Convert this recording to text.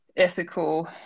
Ethical